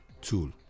tool